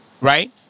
right